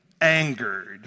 angered